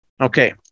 Okay